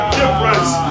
difference